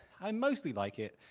i mostly like it,